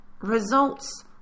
results